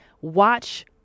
Watch